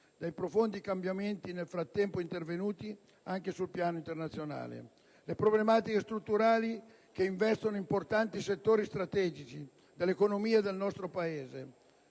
dai profondi cambiamenti nel frattempo intervenuti anche sul piano internazionale, le problematiche strutturali che investono importanti settori strategici dell'economia del nostro Paese.